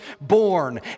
born